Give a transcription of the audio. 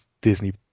disney